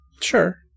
Sure